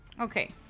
Okay